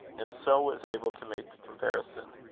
and so was able to make the comparison.